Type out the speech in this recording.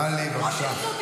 טלי, טלי, בבקשה.